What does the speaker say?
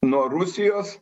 nuo rusijos